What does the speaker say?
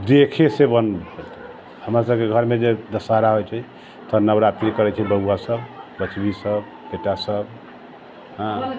देखयसँ हमरसभके घरमे जे दशहरा होइत छै तऽ नवरात्रि करैत छै बौआसभ बचबीसभ बेटासभ हँ